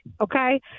okay